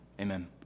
amen